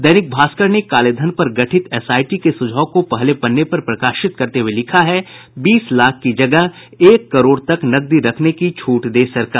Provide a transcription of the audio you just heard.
दैनिक भास्कर ने कालेधन पर गठित एसआईटी के सुझाव को पहले पन्ने पर प्रकाशित करते हुये लिखा है बीस लाख की जगह एक करोड़ तक नकदी रखने की छूट दे सरकार